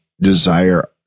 desire